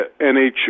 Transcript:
NH